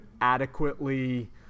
adequately